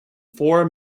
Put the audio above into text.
four